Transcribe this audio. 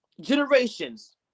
generations